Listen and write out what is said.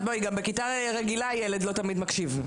גם בכיתה רגילה ילד לא תמיד מקשיב,